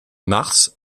mars